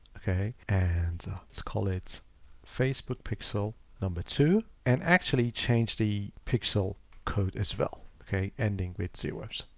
okay, and let's call it facebook pixel number two, and actually change the pixel code as well. okay, ending with zero,